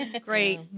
Great